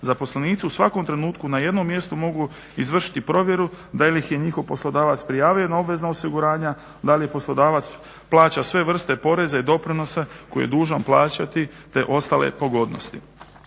Zaposlenici u svakom trenutku na jednom mjestu mogu izvršiti provjeru da li ih je njihov poslodavac prijavio na obvezna osiguranja, da li poslodavac plaća sve vrste poreza i doprinosa koje je dužan plaćati te ostale pogodnosti.